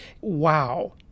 Wow